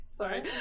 sorry